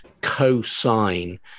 co-sign